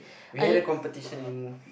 we had a competition in